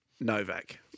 Novak